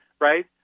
right